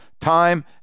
time